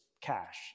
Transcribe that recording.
cash